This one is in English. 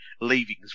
leavings